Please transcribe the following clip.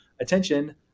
attention